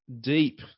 deep